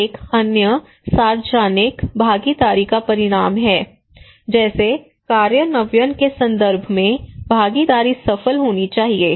और एक अन्य सार्वजनिक भागीदारी का परिणाम है जैसे कार्यान्वयन के संदर्भ में भागीदारी सफल होनी चाहिए